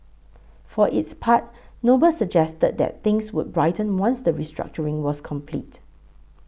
for its part Noble suggested that things would brighten once the restructuring was complete